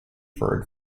for